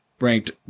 ranked